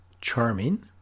charming